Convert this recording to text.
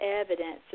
evidence